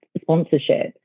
sponsorship